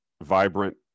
vibrant